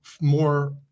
more